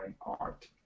art